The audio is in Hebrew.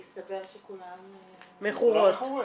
הסתבר שכולם -- מכורות.